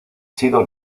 sido